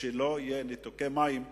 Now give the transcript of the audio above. שלא יהיו ניתוקי מים.